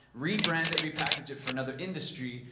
rebrand it, repackage it for another industry,